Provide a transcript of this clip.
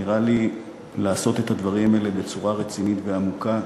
נראה לי שקשה לעשות את הדברים האלה בצורה רצינית ועמוקה.